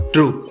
True